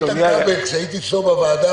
כשאיתן כבל אמר "אני הקטן" כשהייתי אצלו בוועדה,